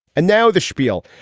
and now the spiel.